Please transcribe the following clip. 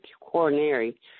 coronary